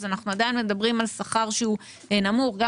אנחנו עדיין מדברים על שכר שהוא נמוך גם